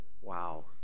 Wow